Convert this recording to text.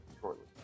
shortly